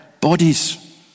bodies